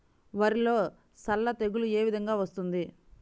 వరిలో సల్ల తెగులు ఏ విధంగా వస్తుంది?